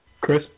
Chris